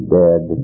dead